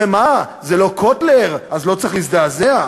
ומה, זה לא קוטלר אז לא צריך להזדעזע?